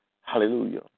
Hallelujah